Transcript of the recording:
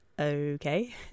okay